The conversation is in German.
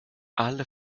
alle